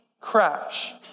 crash